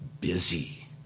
busy